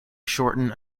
shorten